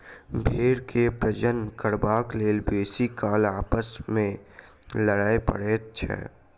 भेंड़ के प्रजनन करबाक लेल बेसी काल आपस मे लड़य पड़ैत छै